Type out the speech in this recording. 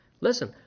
Listen